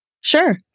sure